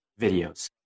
videos